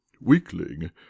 weakling